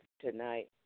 tonight